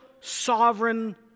sovereign